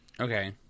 Okay